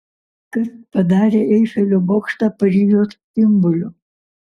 kas padarė eifelio bokštą paryžiaus simboliu